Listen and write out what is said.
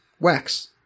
Wax